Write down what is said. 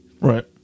Right